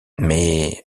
mais